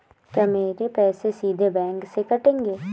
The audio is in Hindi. क्या मेरे पैसे सीधे बैंक से कटेंगे?